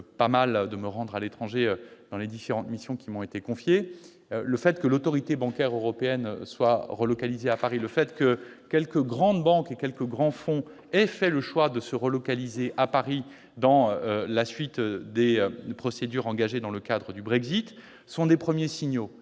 de me déplacer à l'étranger dans le cadre des différentes missions qui m'ont été confiées. Le fait que l'Autorité bancaire européenne déplace son siège à Paris, le fait que quelques grandes banques et quelques grands fonds aient fait le choix de se relocaliser à Paris après les procédures engagées dans le cadre du Brexit sont des premiers signaux.